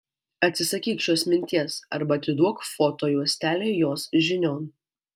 atsisakyk šios minties arba atiduok foto juostelę jos žinion